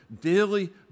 daily